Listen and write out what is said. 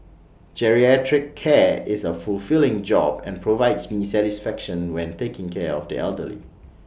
geriatric care is A fulfilling job and provides me satisfaction when taking care of the elderly